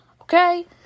okay